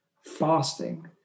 fasting